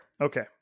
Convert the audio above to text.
Okay